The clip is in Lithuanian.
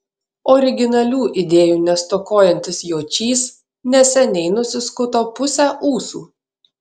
originalių idėjų nestokojantis jočys neseniai nusiskuto pusę ūsų